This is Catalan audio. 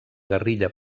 guerrilla